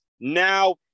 now